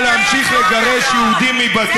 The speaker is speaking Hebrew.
על הנגב אף אחד לא מתווכח איתנו: מה,